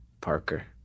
Parker